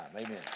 Amen